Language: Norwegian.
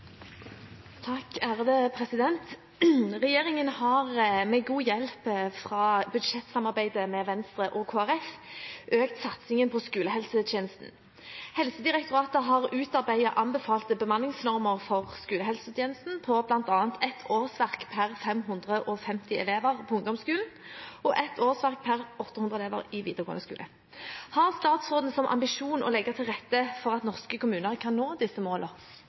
har med hjelp fra budsjettsamarbeidet med Venstre og KrF økt satsingen på skolehelsetjeneste. Helsedirektoratet har utarbeidet anbefalte bemanningsnormer for skolehelsetjenesten på bl.a. ett årsverk pr. 550 elever på ungdomsskolen og ett årsverk per 800 elever i videregående skole. Har statsråden som ambisjon å legge til rette for at norske kommuner kan nå disse